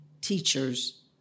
teachers